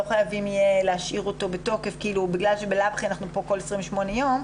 לא חייבים להשאיר אותו בתוקף בגלל שאנחנו כאן כל 28 ימים.